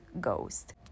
ghost